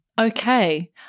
okay